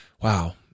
wow